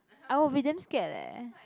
I will be damn scared leh